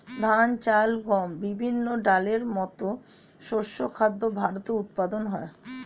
ধান, চাল, গম, বিভিন্ন ডালের মতো শস্য খাদ্য ভারতে উৎপাদন হয়